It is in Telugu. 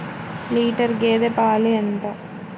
లీటర్ గేదె పాలు ఎంత?